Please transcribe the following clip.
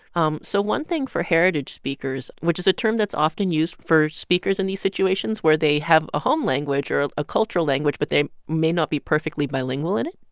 um so one thing for heritage speakers, which is a term that's often used for speakers in these situations, where they have a home language or a cultural language but they may not be perfectly bilingual in it